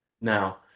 Now